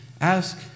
ask